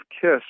kiss